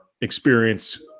experience